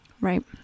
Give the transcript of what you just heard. Right